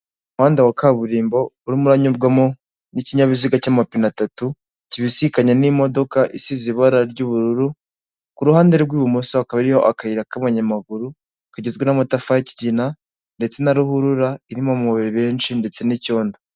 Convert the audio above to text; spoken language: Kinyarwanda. Umuhanda wa kaburimbo urimo uranyurwamo n'ikinyabiziga cy'amapine atatu kibisikanye n'imodoka isize ibara ry'ubururu, ku ruhande rw'ibumoso hakaba hariyo akayira k'abanyamaguru kagizwe n'amatafa y'ikigina ndetse na ruhurura irimo amabuye menshi ndetse n'icyondo.